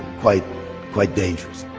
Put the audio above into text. quite quite dangerous.